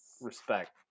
respect